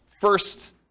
first